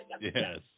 Yes